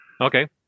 Okay